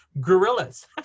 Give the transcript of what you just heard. Gorillas